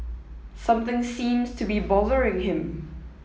something seems to be bothering him